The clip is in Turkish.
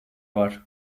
var